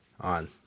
on